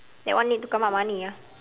that one need to come up money ah